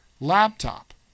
Laptop